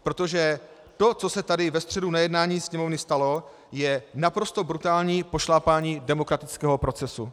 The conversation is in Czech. Protože to, co se tady ve středu na jednání Sněmovny stalo, je naprosto brutální pošlapání demokratického procesu.